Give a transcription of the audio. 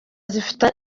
zifata